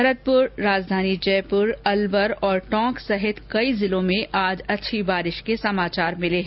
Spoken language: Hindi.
भरतपुर राजधानी जयपुर अलवर टोंक समेत कई जिलों में आज अच्छी वर्षा के समाचार मिले है